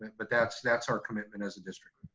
but that's that's our commitment as a district.